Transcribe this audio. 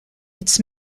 its